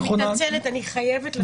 אני מתנצלת, אני חייבת לצאת.